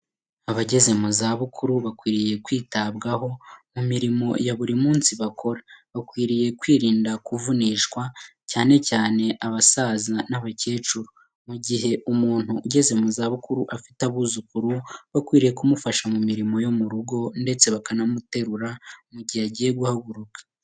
Abageze mu zabukuru bakwiriye kwitabwaho mu mirimo ya buri munsi bakora. Bakwiriye kwirinda kuvunishwa, cyane cyane abasaza n'abakecuru. Mu gihe umuntu ugeze mu zabukuru afite abuzukuru, bakwiriye kumufasha mu mirimo yo mu rugo ndetse bakanamuterura mu gihe agiye guhaguruka.